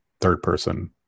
third-person